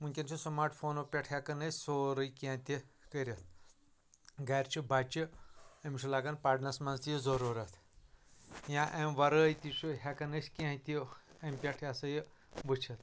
وُنکیٚن چھِ سمارٹ فونو پٮ۪ٹھ ہٮ۪کان أسۍ سورٕے کینٛہہ تہِ کٔرتھ گرِ چھُ بچہِ أمِس چھُ لگان پرنس منٛز تہِ ضروٗرت یا امہِ ورٲے تہِ چھُ ہٮ۪کان أسۍ کینٛہہ تہِ امہِ پٮ۪ٹھ یہِ ہسا یہِ وٕچھِتھ